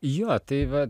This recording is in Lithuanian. jo tai va